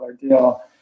deal